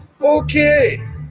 Okay